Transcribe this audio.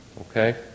Okay